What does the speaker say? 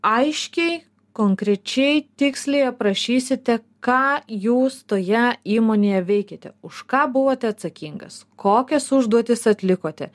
aiškiai konkrečiai tiksliai aprašysite ką jūs toje įmonėje veikėte už ką buvote atsakingas kokias užduotis atlikote